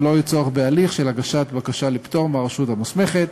ולא יהיה צורך בהליך של הגשת בקשה לפטור מהרשות המוסמכת.